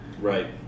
Right